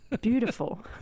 Beautiful